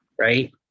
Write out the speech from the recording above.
right